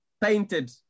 painted